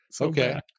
Okay